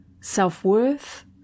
self-worth